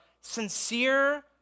sincere